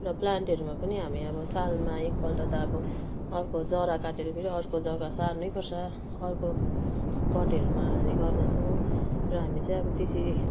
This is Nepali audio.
र प्लान्टहरूमा पनि हामी अब सालमा एकपल्ट त अब अर्को जरा काटेर फेरि अर्को जग्गा सार्नैपर्छ अर्को पटहरूमा हाल्ने गर्दछौँ र हामी चाहिँ अब त्यसरी